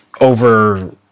over